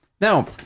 Now